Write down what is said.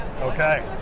Okay